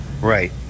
Right